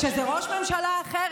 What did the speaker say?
כשזה ראש ממשלה אחר,